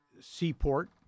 seaport